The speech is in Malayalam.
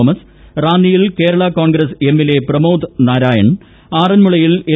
തോമസ് റാന്നിയിൽ കേരള കോൺഗ്രസ് എമ്മിലെ പ്രമോദ് നാരായൺ ആറൻമുളയിൽ എൽ